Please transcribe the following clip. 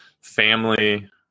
family